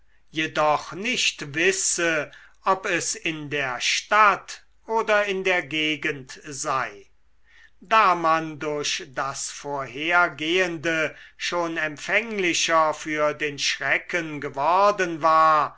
jedoch nicht wisse ob es in der stadt oder in der gegend sei da man durch das vorhergehende schon empfänglicher für den schrecken geworden war